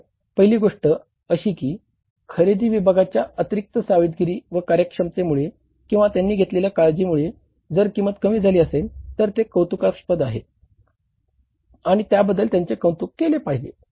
तर पहिली गोष्ट अशी की खरेदी विभागाच्या अतिरिक्त सावधगिरी व कार्यक्षमतेमुळे किंवा त्यांनी घेतलेल्या काळजीमुळे जर किंमत कमी झाली असेल तर ते कौतुकास्पद प्रयत्न आहे आणि त्याबद्दल त्यांचे कौतुक केले पाहिजे